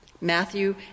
Matthew